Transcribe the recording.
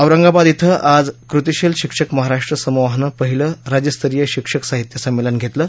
औरंगाबाद आज कृतिशील शिक्षक महाराष्ट्र समूहानं पहिलं राज्यस्तरीय शिक्षक साहित्य संमेलन घेतलं